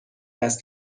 است